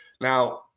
Now